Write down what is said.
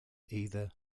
either